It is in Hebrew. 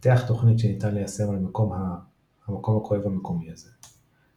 פתח תוכנית שניתן ליישם על המקום הכואב המקומי הזה.